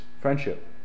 friendship